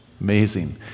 Amazing